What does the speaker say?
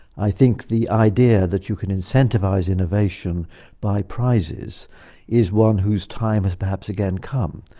i think the idea that you can incentivise innovation by prizes is one whose time has perhaps again come.